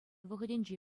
вӑхӑтӗнче